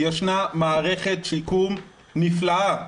ישנה מערכת שיקום נפלאה,